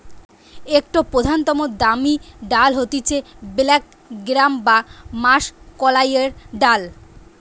একটো প্রধানতম দামি ডাল হতিছে ব্ল্যাক গ্রাম বা মাষকলাইর ডাল